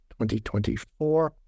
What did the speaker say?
2024